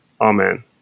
Amen